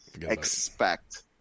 expect